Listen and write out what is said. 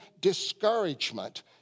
discouragement